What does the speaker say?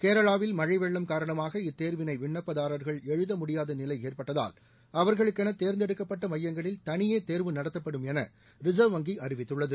கேரளாவில் மழை வெள்ளம் காரணமாக இத்தேர்வினை விண்ணப்பதாரர்கள் எழுதமுடியாத நிலை ஏற்பட்டதால் அவா்களுக்கென தேர்ந்தெடுக்கப்பட்ட நடத்தப்படும் என ரிசர்வ் வங்கி அறிவித்துள்ளது